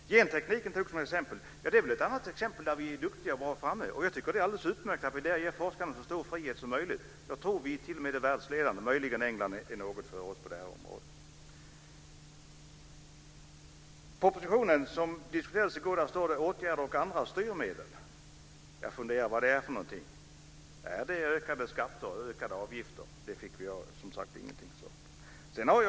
Gentekniken togs upp som ett exempel. Det är ett annat område där Sverige är duktigt och framme. Det är alldeles utmärkt att forskarna ges så stor frihet som möjligt. Jag tror t.o.m. att Sverige är världsledande - möjligen är England något före oss på området. I propositionen som diskuterades i går står det "åtgärder och andra styrmedel". Jag funderar på vad de är för någonting. Är det ökade skatter och avgifter? Det fick jag inget svar på.